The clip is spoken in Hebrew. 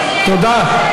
תודה.